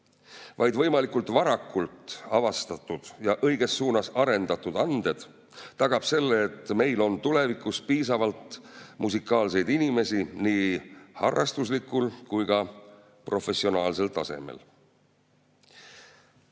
vaid võimalikult varakult avastatud ja õiges suunas arendatud anded tagab selle, et meil on tulevikus piisavalt musikaalseid inimesi nii harrastuslikul kui ka professionaalsel